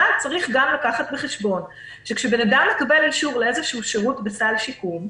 אבל צריך גם לקחת בחשבון שכאשר אדם מקבל אישור לאיזשהו שירות בסל שיקום,